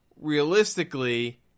realistically